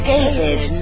David